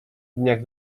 dniach